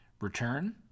Return